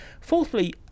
Fourthly